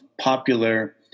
popular